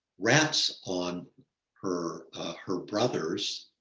rats on her her brothers.